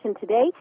today